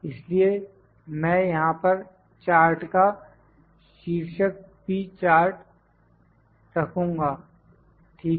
इसलिए यह मैं यहां पर चार्ट का शीर्षक P चार्ट रखूंगा ठीक है